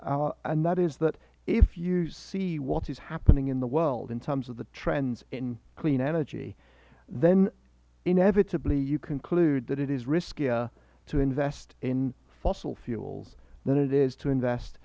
saving and that is that if you see what is happening in the world in terms of the trends in clean energy then inevitably you conclude that it is riskier to invest in fossil fuels than it is to invest